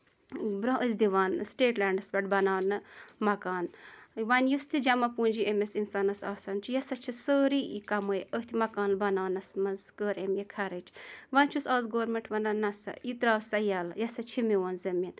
برٛونٛہہ ٲسۍ دِوان سِٹیٹ لینٛڈَس پیٚٹھ بَناونہٕ مَکانہٕ وۅنۍ یُس یہِ جمع پوٗنجی أمِس اِنسانَس آسان چھِ یا سۄ چھِ سٲرٕے یہِ کَمٲے أتھۍ مَکان بَناونَس منٛز کٔر یِم یہِ خرٕچ وۅںی چھُس اَز گورمیٚنٛٹ وَنان نہ سا یہِ ترٛاو سا یلہٕ یہِ ہسا چھُ میٛون زٔمیٖن